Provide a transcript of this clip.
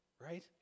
right